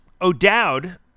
O'Dowd